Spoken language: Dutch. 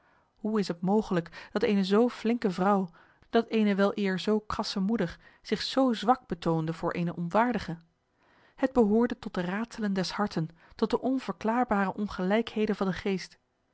hoe is het mogelijk dat eene zoo flinke vrouw dat eene weleer zoo krasse moeder zich zoo zwak betoonde voor eenen onwaardige het behoorde tot de raadselen des harten tot de onverklaarbare ongelijkheden van den geest